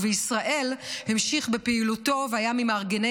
ובישראל המשיך בפעילותו והיה ממארגני